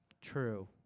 True